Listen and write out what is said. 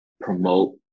promote